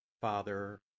Father